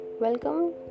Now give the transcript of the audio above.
welcome